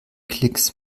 klicks